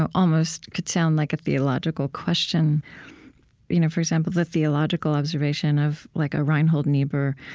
ah almost could sound like a theological question you know for example, the theological observation of like a reinhold niebuhr,